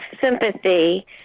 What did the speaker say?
sympathy